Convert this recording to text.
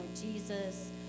Jesus